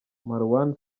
marouane